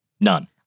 None